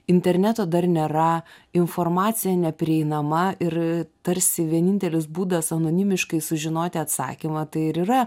interneto dar nėra informacija neprieinama ir tarsi vienintelis būdas anonimiškai sužinoti atsakymą tai ir yra